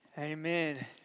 Amen